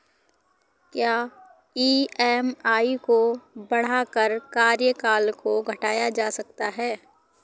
क्या ई.एम.आई को बढ़ाकर कार्यकाल को घटाया जा सकता है?